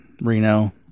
Reno